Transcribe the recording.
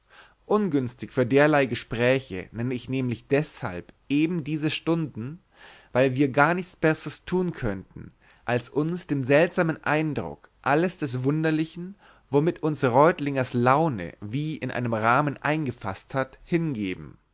ungünstig für derlei gespräche nenne ich nämlich deshalb eben diese stunden weil wir gar nichts besseres tun können als uns dem seltsamen eindruck alles des wunderlichen womit uns reutlingers laune wie in einen rahmen eingefaßt hat hingeben